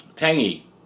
tangy